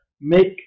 make